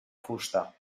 fusta